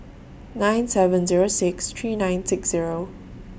nine seven Zero six three nine six Zero